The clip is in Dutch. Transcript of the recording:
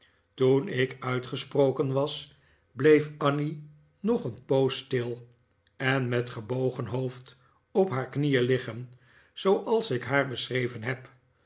toen ik uitgesproken was bleef annie nog een poos stil en met gebogen hoofd op haar knieen liggen zooals ik haar beschreven heb